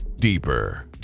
Deeper